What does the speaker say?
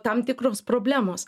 tam tikroms problemos